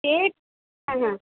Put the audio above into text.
সে হ্যাঁ হ্যাঁ